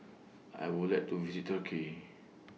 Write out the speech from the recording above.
I Would like to visit Turkey